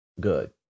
good